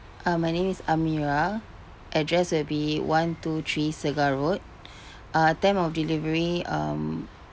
uh my name is amira address will be one two three segar road uh time of delivery um